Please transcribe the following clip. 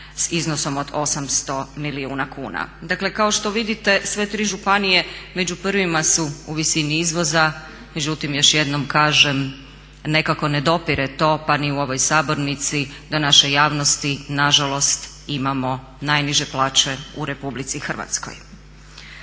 s iznosom od 800 milijuna kuna. Dakle kao što vidite sve tri županije među prvima su u visini izvoza, međutim još jednom kaže nekako ne dopire to pa ni u ovoj sabornici do naše javnosti. Nažalost, imamo najniže plaće u Republici Hrvatskoj.